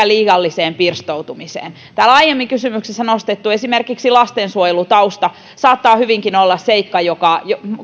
liialliseen pirstoutumiseen esimerkiksi täällä aiemmin kysymyksessä nostettu lastensuojelutausta saattaa hyvinkin olla seikka joka